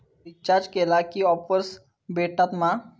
Recharge केला की offers भेटात मा?